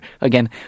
Again